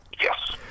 Yes